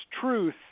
truth